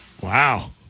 Wow